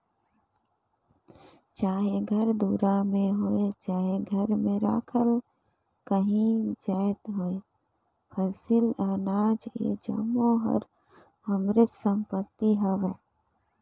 चाहे घर दुरा होए चहे घर में राखल काहीं जाएत होए फसिल, अनाज ए जम्मो हर हमरेच संपत्ति हवे